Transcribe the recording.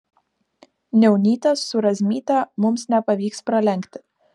niaunytės su razmyte mums nepavyks pralenkti